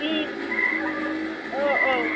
उम उम ओ औ